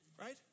Right